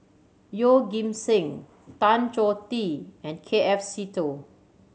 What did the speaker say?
Yeoh Ghim Seng Tan Choh Tee and K F Seetoh